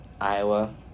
Iowa